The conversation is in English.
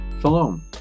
Shalom